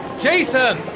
Jason